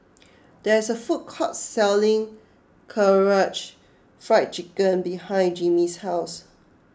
there is a food court selling Karaage Fried Chicken behind Jimmy's house